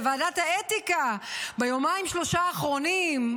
לוועדת האתיקה ביומיים-שלושה האחרונים?